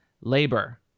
labor